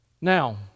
Now